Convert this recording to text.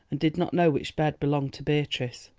and did not know which bed belonged to beatrice.